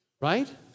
Right